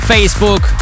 Facebook